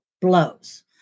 blows